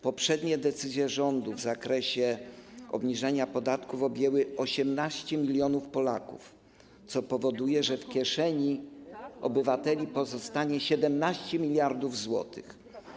Poprzednie decyzje rządu w zakresie obniżenia podatków objęły 18 mln Polaków, co powoduje, że w kieszeni obywateli pozostanie 17 mld zł.